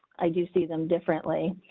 i do see them differently